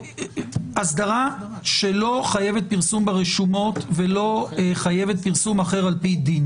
אסדרה שלא חייבת פרסום ברשומות ולא חייבת פרסום אחר על פי דין